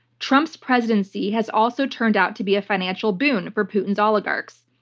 trump's presidency has also turned out to be a financial boon for putin's oligarchs.